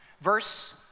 Verse